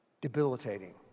debilitating